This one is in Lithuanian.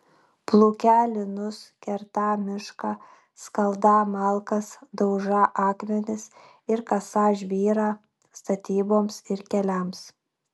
plūkią linus kertą mišką skaldą malkas daužą akmenis ir kasą žvyrą statyboms ir keliams